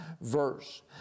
verse